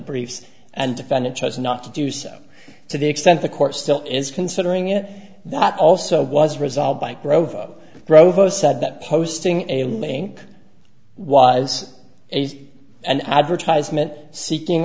briefs and defendant chose not to do so to the extent the court still is considering it that also was resolved by grove provost said that posting a link wise is an advertisement seeking